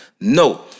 No